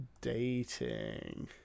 Dating